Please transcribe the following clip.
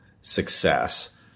success